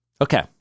Okay